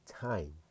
time